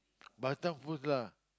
Batam foods lah